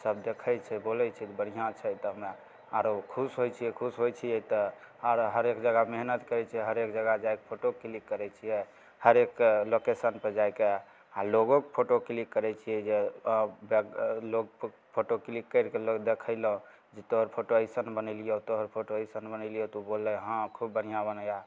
सभ देखै छै बोलै छै जे बढ़िआँ छै तऽ हमरा आओर खुश होइ छिए खुश होइ छिए तऽ आओर हरेक जगह मेहनति करै छिए हरेक जगह जाके फोटो क्लिक करै छिए हरेक लोकेशनपर जाके आओर लोकेके फोटो क्लिक करै छिए जे आब लोक फोटो क्लिक करैके लोक देखेलक जे तोहर फोटो अइसन बनेलिअऽ तोहर फोटो अइसन बनेलिअऽ तऽ बोललै हँ खूब बढ़िआँ बनाया